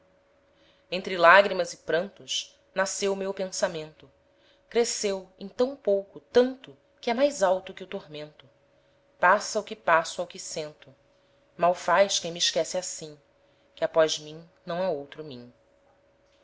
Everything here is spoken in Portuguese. entre lagrimas e prantos nasceu o meu pensamento cresceu em tam pouco tanto que é mais alto que o tormento passa o que passo ao que sento mal faz quem me esquece assim que após mim não ha outro mim